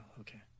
okay